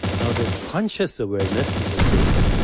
now there's conscious awareness, which is this,